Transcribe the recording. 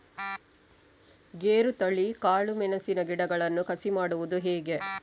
ಗೇರುತಳಿ, ಕಾಳು ಮೆಣಸಿನ ಗಿಡಗಳನ್ನು ಕಸಿ ಮಾಡುವುದು ಹೇಗೆ?